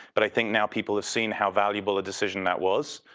but i think now people are seeing how valuable a decision that was.